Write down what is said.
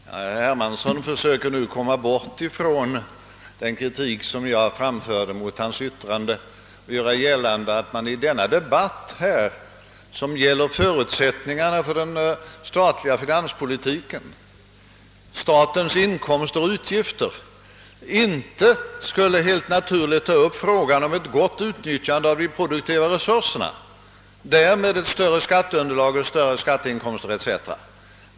Herr Hermansson försöker nu, för att komma ifrån den kritik som jag framförde mot hans yttrande, göra gällande att man i denna debatt, som gäller förutsättningarna för den statliga finanspolitiken — statens inkomster och utgifter — inte skulle få ta upp frågan om hur de produktiva resurserna bör utnyttjas så att vi bl.a. får ett större skatteunderlag och därmed större skatteinkomster.